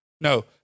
No